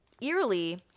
Eerily